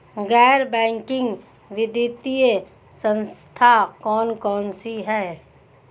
गैर बैंकिंग वित्तीय संस्था कौन कौन सी हैं?